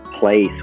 place